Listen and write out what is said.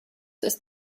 ist